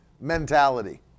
mentality